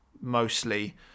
mostly